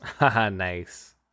nice